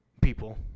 people